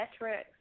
metrics